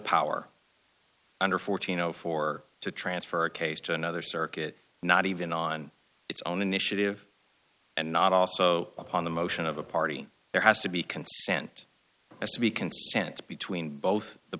power under fourteen zero four to transfer a case to another circuit not even on its own initiative and not also upon the motion of a party there has to be consent has to be consent between both the